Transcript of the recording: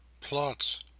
Plots